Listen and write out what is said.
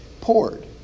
Poured